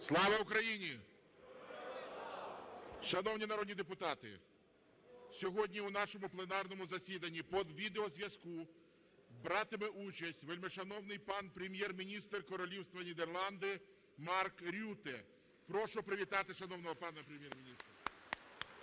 Слава Україні! Шановні народні депутати, сьогодні у нашому пленарному засіданні по відеозв'язку братиме участь вельмишановний пан Прем'єр-міністр Королівства Нідерланди Марк Рютте. Прошу привітати вельмишановного пана Прем'єр-міністра.